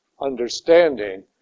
understanding